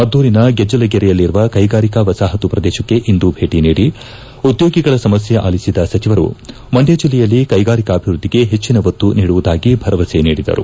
ಮದ್ದೂರಿನ ಗೆಜ್ಜಲಗೆರೆಯಲ್ಲಿರುವ ಕೈಗಾರಿಕಾ ಮಸಾಹತು ಪ್ರದೇಶಕ್ಕೆ ಇಂದು ಭೇಟಿ ನೀಡಿ ಉದ್ಯೋಗಿಗಳ ಸಮಸ್ಯೆ ಅಲಿಸಿದ ಸಚಿವರು ಮಂಡ್ಯ ಜಿಲ್ಲೆಯಲ್ಲಿ ಕ್ಕೆಗಾರಿಕಾಭಿವೃದ್ದಿಗೆ ಹೆಚ್ಚಿನ ಒತ್ತ ನೀಡುವುದಾಗಿ ಭರವಸೆ ನೀಡಿದರು